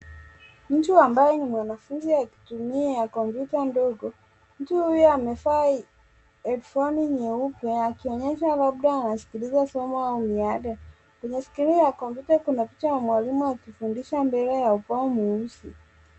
Mtu ambaye ni mwanafunzi akitumia kompyuta ndogo, mtu huyu amevaa Head phone nyeupe akionyesha labda anasikiliza somo kwenye skrini ya kompyuta kuna picha ya mwalimu akifundisha mbele ya ubao mweusi.